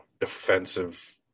defensive